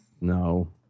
No